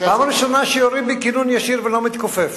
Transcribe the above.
פעם ראשונה שיורים בי כאילו אני ישיר ולא מתכופף.